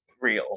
real